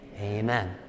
Amen